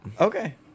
Okay